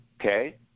Okay